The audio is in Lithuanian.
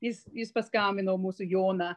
jis jis paskambino mūsų joną